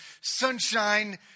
sunshine